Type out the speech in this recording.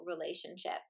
relationship